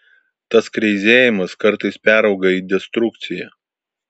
tas kreizėjimas kartais perauga į destrukciją